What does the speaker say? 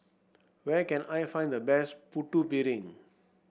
where can I find the best Putu Piring